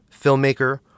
filmmaker